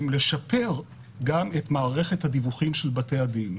לשפר גם את מערכת הדיווחים של בתי הדין.